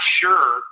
sure